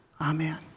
Amen